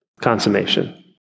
consummation